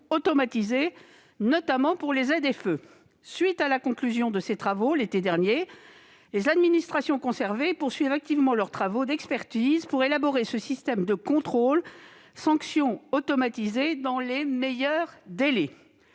automatisé, notamment pour les ZFE. Les conclusions de ces travaux ont été remises l'été dernier, et depuis lors, les administrations concernées poursuivent activement leurs travaux d'expertise, pour élaborer ce système de contrôle-sanction automatisé dans les meilleurs délais.